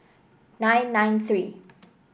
nine nine three